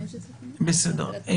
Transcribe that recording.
בסדר.